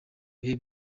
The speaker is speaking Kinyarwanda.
bihe